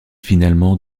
finalement